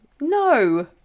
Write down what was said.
No